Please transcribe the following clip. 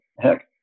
Heck